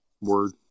Word